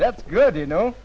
that's good you know